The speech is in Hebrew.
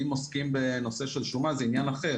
אם עוסקים בנושא של שומה זה עניין אחר.